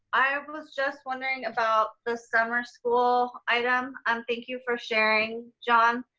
i was just wondering about the summer school item. um thank you for sharing john.